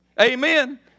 amen